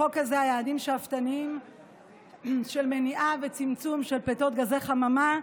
בחוק הזה יש יעדים שאפתניים של מניעה וצמצום של פליטות גזי חממה,